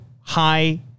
high